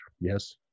yes